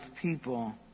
people